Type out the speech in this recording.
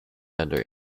under